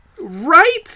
Right